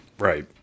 right